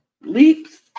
leaps